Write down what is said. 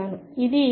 ఇది Xcot X